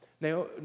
Now